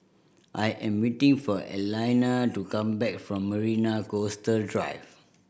I am waiting for Alayna to come back from Marina Coastal Drive